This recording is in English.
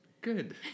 Good